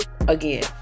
again